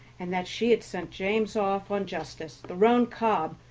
and that she had sent james off on justice, the roan cob,